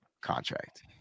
contract